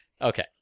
Okay